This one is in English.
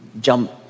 jump